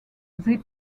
they